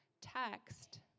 text